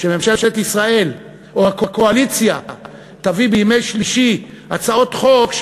שממשלת ישראל או הקואליציה תביא בימי שלישי הצעות חוק,